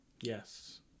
Yes